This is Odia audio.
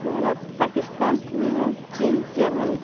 ଭାରତ ପାକିସ୍ତାନ ଇଂଲଣ୍ଡ ଚୀନ ଜର୍ମାନୀ